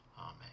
Amen